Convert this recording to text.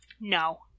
No